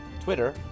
Twitter